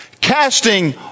casting